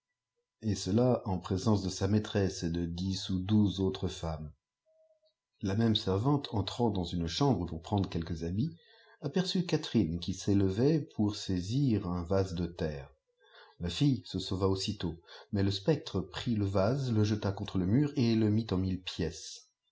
et cela en présence de sa maîtresse et de dix ou duze acrtres feumes la même servante entrant dans une chambre pour prendre quelques habits aperçut catherine qui s'élevait pour sair un vase de terre la fille se sauva aussitôt ipais le spectre prit le vase e jeta contre le mur et le mit en mille pièces